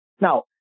now